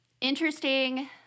interesting